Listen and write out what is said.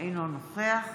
אינו נוכח